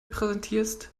präsentierst